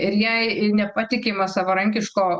ir jai nepatikima savarankiško